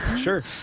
Sure